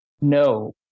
No